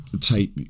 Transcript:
take